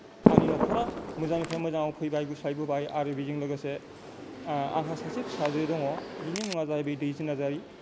आंनि न'खरा मोजांनिफ्राय मोजाङाव फैबाय गुस्लायबोबाय आरो बेजों लोगोसे आंहा सासे फिसाजो दङ बिनि मुङा जाहैबाय दैजि नार्जारि